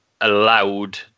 allowed